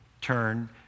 turn